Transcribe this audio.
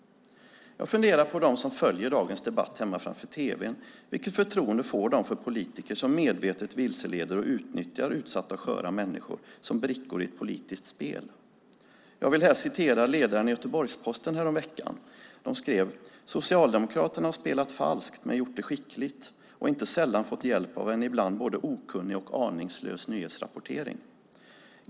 Jag funderar på dem som följer dagens debatt hemma framför tv:n. Vilket förtroende får de för politiker som medvetet vilseleder och utnyttjar utsatta och sköra människor som brickor i ett politiskt spel? Jag vill här citera ur ledaren i Göteborgs-Posten häromveckan: "Socialdemokraterna har spelat falskt, men gjort det skickligt och inte sällan fått hjälp av en ibland både okunnig och aningslös nyhetsrapportering."